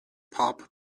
pop